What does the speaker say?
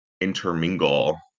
intermingle